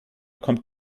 kommt